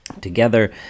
together